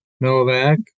Novak